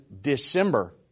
December